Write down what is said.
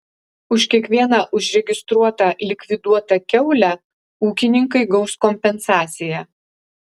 už kiekvieną užregistruotą likviduotą kiaulę ūkininkai gaus kompensaciją